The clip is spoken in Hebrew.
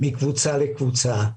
מקבוצה לקבוצה,